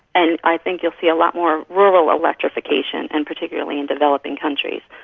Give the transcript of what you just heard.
and i think you'll see a lot more rural electrification and particularly in developing countries.